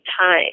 time